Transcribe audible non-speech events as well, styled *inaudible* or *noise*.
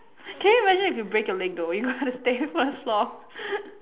can you imagine if you break your leg though you gotta stay first floor *laughs*